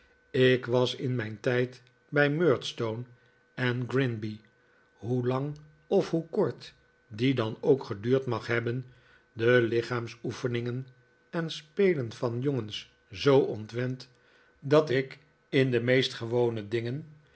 ik was in mijn tijd bij murdstone en grinby hoe lang of hoe kort die dan ook geduurd mag hebben de lichaamsoefeningen en spelen van jongens zoo ontwend dat ik in de meest gewone dingen